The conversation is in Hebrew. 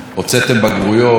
הוצאתם בגרויות,